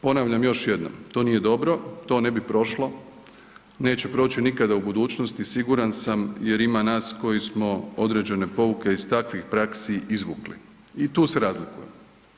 Ponavljam još jednom, to nije dobro, to ne bi prošlo, neće proći nikada u budućnosti siguran sam jer ima nas koji smo određene pouke iz takvih praksi izvukli i tu se razlikujemo.